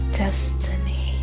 destiny